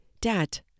Dad